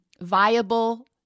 viable